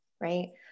right